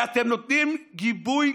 ואתם נותנים גיבוי